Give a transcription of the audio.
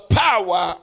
power